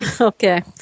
Okay